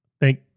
Thank